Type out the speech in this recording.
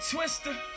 Twister